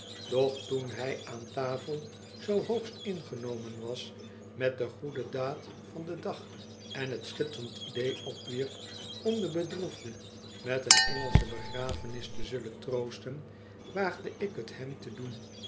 doch toen hij aan tafel zoo hoogst ingenomen was met de goede daad van den dag en t schitterend idee opwierp om den bedroefde met een engelsche begrafenis te zullen troosten waagde ik t hem te doen